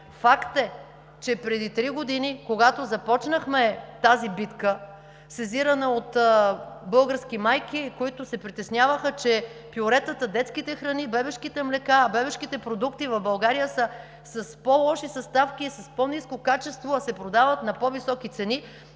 Факт е, че преди три години, когато започнахме тази битка, сезирана от български майки, които се притесняваха, че пюретата, детските храни, бебешките млека, бебешките продукти в България са с по-лоши съставки и с по-ниско качество, а се продават на по-високи цени.